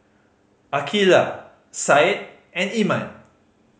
Aqilah Syed and Iman